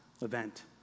event